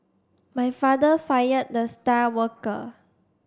my father fired the star worker